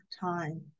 time